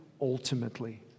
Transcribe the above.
ultimately